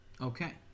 Okay